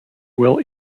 will